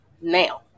now